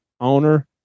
owner